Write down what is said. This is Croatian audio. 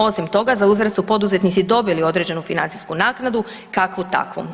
Osim toga za uzvrat su poduzetnici dobili određenu financijsku naknadu kakvu takvu.